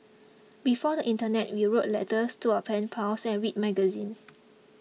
before the internet we wrote letters to our pen pals and read magazines